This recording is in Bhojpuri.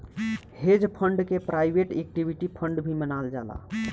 हेज फंड के प्राइवेट इक्विटी फंड भी मानल जाला